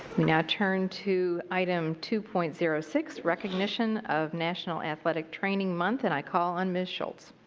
now turn to item two point zero six, recognition of national athletic training month and i call on ms. schultz.